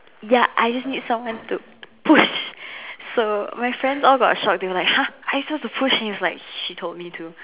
ya I just need someone to push so my friends all got shocked they were like !huh! are you supposed to push and he was like she told me to